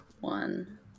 one